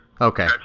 okay